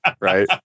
Right